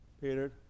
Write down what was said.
Peter